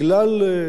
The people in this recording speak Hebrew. ואתה העלית,